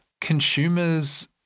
consumers